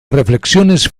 reflexiones